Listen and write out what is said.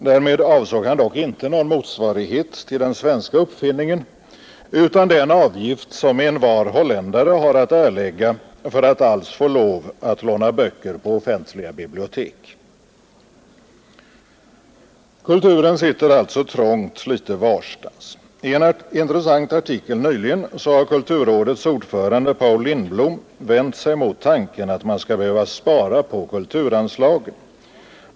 Därmed avsåg han dock inte någon motsvarighet till den svenska uppfinningen utan den avgift som envar holländare har att erlägga för att alls få lov att låna böcker på offentliga bibliotek. Kulturen sitter alltså trångt litet varstans. I en intressant artikel nyligen har kulturrådets ordförande Paul Lindblom vänt sig mot tanken att man skall behöva spara på kulturanslagen.